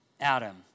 Adam